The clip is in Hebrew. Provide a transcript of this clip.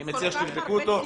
--- נכונה.